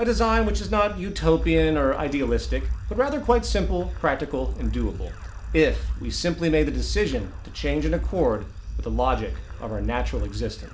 by design which is not utopian or idealistic but rather quite simple practical and doable if we simply made the decision to change in accord with the logic of our natural exist